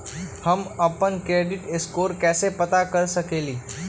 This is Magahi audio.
हम अपन क्रेडिट स्कोर कैसे पता कर सकेली?